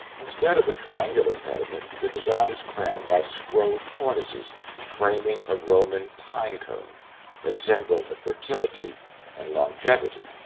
instead of a triangular pediment, the design is crowned by scrolled cornices framing a roman pinecone, a symbol of fertility and longevity.